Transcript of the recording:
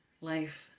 life